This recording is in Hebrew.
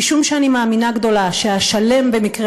משום שאני מאמינה גדולה שהשלם במקרה